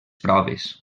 proves